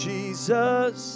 Jesus